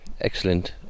Excellent